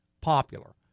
popular